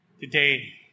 today